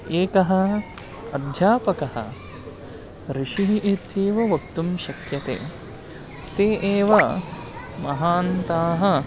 एकः अध्यापकः ऋषिः इत्येव वक्तुं शक्यते ते एव महान्ताः